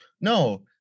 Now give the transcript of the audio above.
no